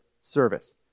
service